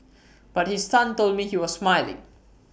but his son told me he was smiling